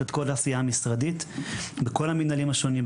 את כל העשייה המשרדית בכל המנהלים השונים,